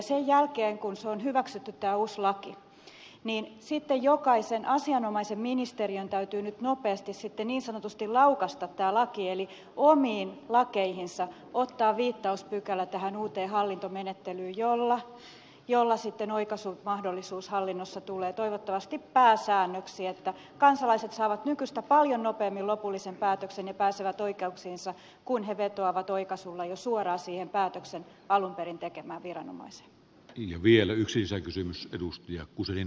sen jälkeen kun tämä uusi laki on hyväksytty jokaisen asianomaisen ministeriön täytyy nopeasti niin sanotusti laukaista tämä laki eli ottaa omiin lakeihinsa viittauspykälä tähän uuteen hallintomenettelyyn jolla oikaisumahdollisuus hallinnossa tulee toivottavasti pääsäännöksi niin että kansalaiset saavat nykyistä paljon nopeammin lopullisen päätöksen ja pääsevät oikeuksiinsa kun he vetoavat oikaisulla jo suoraan siihen päätökseen alunperin tekemä viranomaiset vielä yksi päätöksen alun perin tekemään viranomaiseen